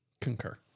Concur